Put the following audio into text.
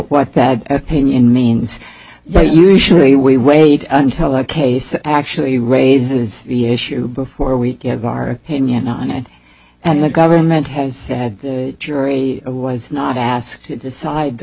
what that opinion means but usually we wait until the case actually raises the issue before we give our opinion on it and the government has said the jury was not asked to decide the